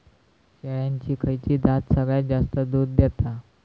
शेळ्यांची खयची जात सगळ्यात जास्त दूध देता?